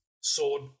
sword